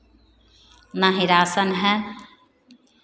ना ही राशन है